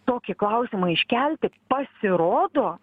tokį klausimą iškelti pasirodo